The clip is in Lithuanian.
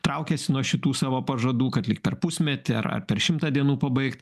traukiasi nuo šitų savo pažadų kad lyg per pusmetį ar per šimtą dienų pabaigt